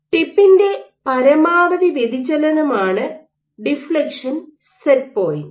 ടിപ്പിന്റെ പരമാവധി വ്യതിചലനമാണ് ഡിഫ്ലക്ഷൻ സെറ്റ് പോയിന്റ്